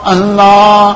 Allah